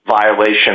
violation